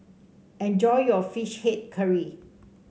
enjoy your fish head curry